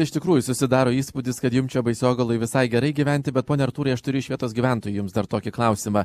iš tikrųjų susidaro įspūdis kad jum čia baisogaloje visai gerai gyventi bet pone artūrai aš turiu iš vietos gyventojų jums dar tokį klausimą